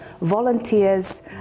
volunteers